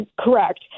correct